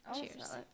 Cheers